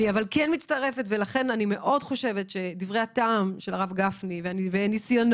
אבל אני מצטרפת לדברי הטעם של גפני ואני סומכת על הניסיון